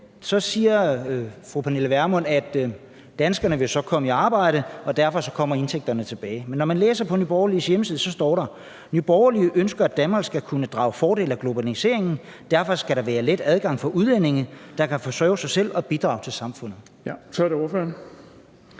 så siger fru Pernille Vermund, at danskerne vil komme i arbejde, og at indtægterne derfor kommer tilbage. Men når man læser på Nye Borgerliges hjemmeside, står der: Nye Borgerlige ønsker, at Danmark skal kunne drage fordel af globaliseringen. Derfor skal der være let adgang for udlændinge, der kan forsørge sig selv og bidrage til samfundet. Kl. 17:51 Den